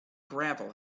gravel